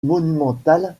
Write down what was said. monumentale